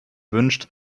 wünscht